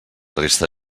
resta